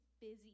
busy